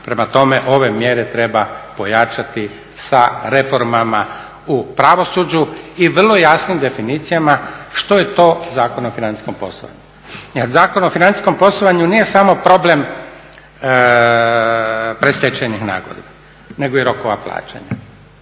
Prema tome ove mjere treba pojačati sa reformama u pravosuđu i vrlo jasnim definicijama što je to Zakon o financijskom poslovanju. Jer Zakon o financijskom poslovanju nije samo problem predstečajnih nagodbi nego i rokova plaćanja,